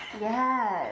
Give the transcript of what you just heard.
Yes